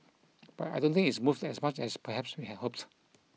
but I don't think it's moved as much as perhaps we had hoped